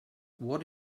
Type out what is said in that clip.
what